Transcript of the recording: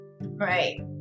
right